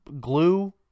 glue